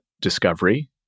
discovery